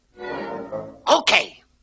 Okay